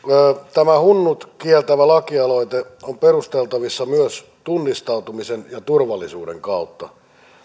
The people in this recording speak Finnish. tämä hunnut kieltävä lakialoite on perusteltavissa myös tunnistautumisen ja turvallisuuden kautta